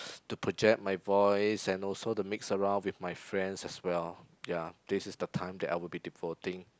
to project my voice and also to mix around with my friends as well ya this is the time that I will be devoting